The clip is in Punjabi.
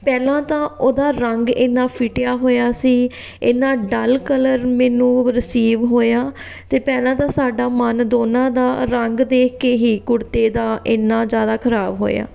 ਪਹਿਲਾਂ ਤਾਂ ਉਹਦਾ ਰੰਗ ਇੰਨਾਂ ਫਿਟਿਆ ਹੋਇਆ ਸੀ ਇੰਨਾਂ ਡਲ ਕਲਰ ਮੈਨੂੰ ਰਿਸੀਵ ਹੋਇਆ ਅਤੇ ਪਹਿਲਾਂ ਤਾਂ ਸਾਡਾ ਮਨ ਦੋਨਾਂ ਦਾ ਰੰਗ ਦੇਖ ਕੇ ਹੀ ਕੁੜਤੇ ਦਾ ਇੰਨਾਂ ਜ਼ਿਆਦਾ ਖਰਾਬ ਹੋਇਆ